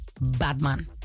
Batman